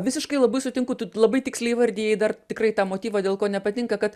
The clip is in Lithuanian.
visiškai labai sutinku tu labai tiksliai įvardijai dar tikrai tą motyvą dėl ko nepatinka kad